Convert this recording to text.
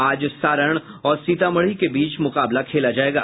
आज सारण और सीतामढ़ी के बीच मुकाबला खेला जायेगा